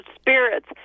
spirits